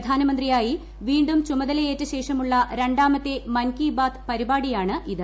പ്രധാനമന്ത്രിയായി വീണ്ടും ചുമതലയേറ്റശേഷമുള്ള രണ്ടാമത്തെ മൻകി ബാത്ത് പരിപാടിയാണിത്